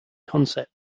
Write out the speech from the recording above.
concept